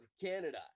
Canada